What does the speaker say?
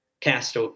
cast